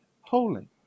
holy